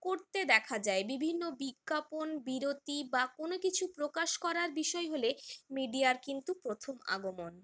করতে দেখা যায় বিভিন্ন বিজ্ঞাপন বিরতি বা কোনও কিছু প্রকাশ করার বিষয় হলে মিডিয়ার কিন্তু প্রথম আগমন